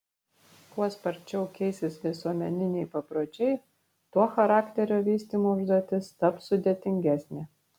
kuo sparčiau keisis visuomeniniai papročiai tuo charakterio vystymo užduotis taps sudėtingesnė